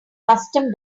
custom